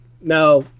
now